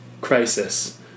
crisis